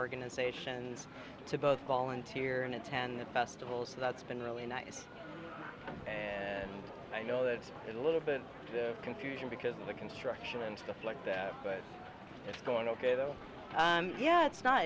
organizations to both volunteer and attend the festival so that's been really nice and i know it's a little bit of confusion because of the construction and stuff like that but it's going ok though and yeah it's not